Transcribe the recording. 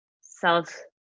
south